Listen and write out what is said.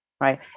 right